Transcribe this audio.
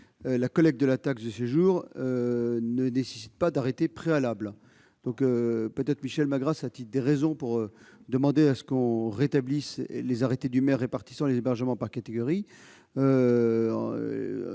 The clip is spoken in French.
la collecte de la taxe de séjour ne nécessite pas d'arrêté préalable. Peut-être Michel Magras a-t-il des raisons pour demander le rétablissement des arrêtés du maire répartissant les hébergements par catégorie.